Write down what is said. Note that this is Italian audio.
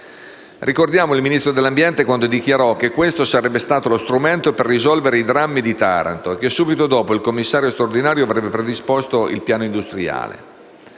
territorio e del mare dichiarò che questo sarebbe stato lo strumento per risolvere i drammi di Taranto e che, subito dopo, il commissario straordinario avrebbe predisposto il piano industriale.